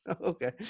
Okay